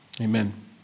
Amen